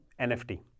NFT